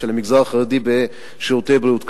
של המגזר החרדי ב"שירותי בריאות כללית"